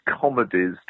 comedies